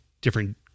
different